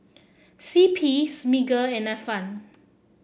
C P Smiggle and Ifan